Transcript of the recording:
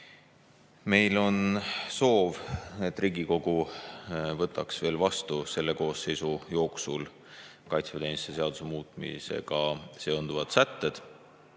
Meil on soov, et Riigikogu võtaks vastu veel selle koosseisu jooksul kaitseväeteenistuse seaduse muutmisega seonduvad sätted.